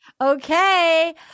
Okay